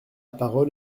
parole